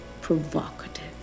provocative